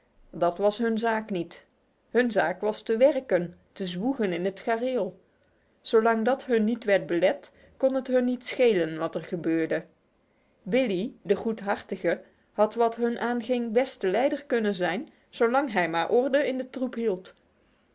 dat was hun zaak niet hun zaak was te werken te zwoegen in het gareel zolang dat hun niet werd belet kon het hun niet schelen wat er gebeurde billee de goedhartige had wat hun aanging best de leider kunnen zijn zolang hij maar orde in de troep hield